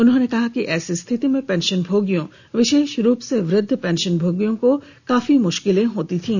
उन्होंने कहा कि ऐसी स्थिति में पेंशनभोगियों विशेष रूप से वृद्ध पेंशनभोगियों को काफी मुश्किलें होती थीं